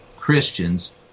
Christians